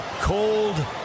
cold